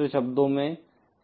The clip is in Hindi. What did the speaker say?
दूसरे शब्दों में